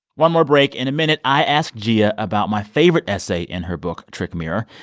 one more break. in a minute, i ask jia about my favorite essay in her book, trick mirror.